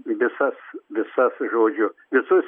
visas visas žodžiu visus